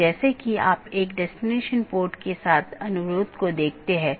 तो यह ऐसा नहीं है कि यह OSPF या RIP प्रकार के प्रोटोकॉल को प्रतिस्थापित करता है